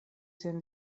sen